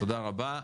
תודה רבה,